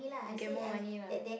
get more money lah